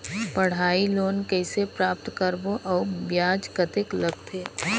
पढ़ाई लोन कइसे प्राप्त करबो अउ ब्याज कतेक लगथे?